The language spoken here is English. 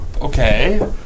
okay